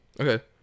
Okay